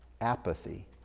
apathy